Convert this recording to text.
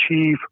achieve